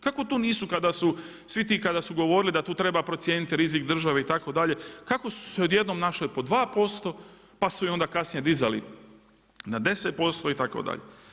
Kako tu nisu svi ti kada su govorili da tu treba procijeniti rizik države itd., kako su se pod jednom našle po 2% pa su ih onda kasnije dizali na 10% itd.